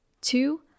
Two